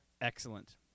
Excellent